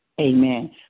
Amen